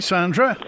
Sandra